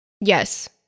Yes